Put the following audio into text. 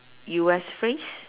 U_S phrase